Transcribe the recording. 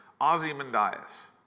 Ozymandias